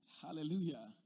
Hallelujah